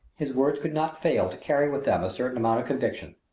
his words could not fail to carry with them a certain amount of conviction.